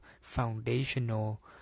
foundational